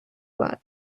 влади